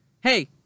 Hey